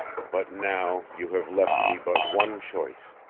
but now you have left me but one choice.